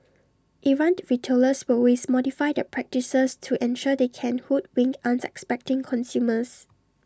errant retailers will always modify their practices to ensure they can hoodwink unsuspecting consumers